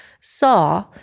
saw